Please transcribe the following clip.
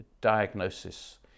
diagnosis